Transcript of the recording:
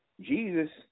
Jesus